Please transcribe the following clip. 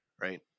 right